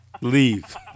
Leave